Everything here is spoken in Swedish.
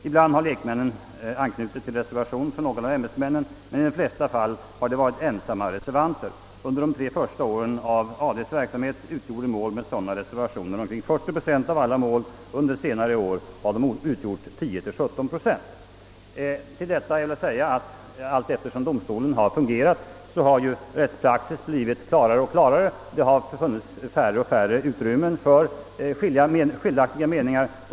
Ibland har lekmännen anknutit till reservation från någon av ämbetsmännen, men i de flesta fall har de varit ensamma reservanter. Under de tre första åren av AD:s verksamhet utgjorde mål med sådana reservationer omkring 40 I av alla mål, under senare år har de utgjort endast 10—17 0.» Till detta vill jag lägga att allteftersom domstolen har fungerat har rättspraxis blivit klarare, och det har därför funnits mindre utrymme för skiljaktiga meningar.